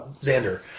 Xander